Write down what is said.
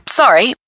sorry